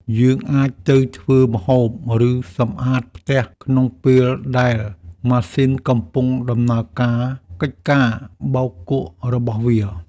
យើងអាចទៅធ្វើម្ហូប ឬសម្អាតផ្ទះក្នុងពេលដែលម៉ាស៊ីនកំពុងដំណើរការកិច្ចការបោកគក់របស់វា។